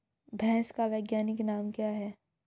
भैंस का वैज्ञानिक नाम क्या है?